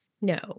no